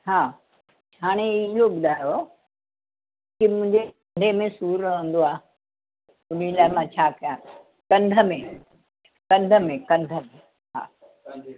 हा हाणे इहो ॿुधायो की मुंहिंजे कंधे मे सूर रहंदो आहे उन लाइ मां छा कयां कंध में कंध में कंध में हा